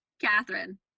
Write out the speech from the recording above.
Catherine